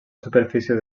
superfície